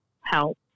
help